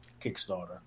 Kickstarter